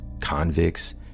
convicts